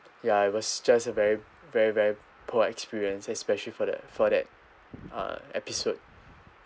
ya it was just a very very very poor experience especially for the for that uh episode